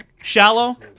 shallow